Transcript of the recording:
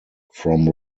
from